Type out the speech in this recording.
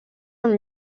amb